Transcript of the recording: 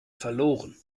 verloren